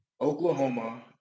Oklahoma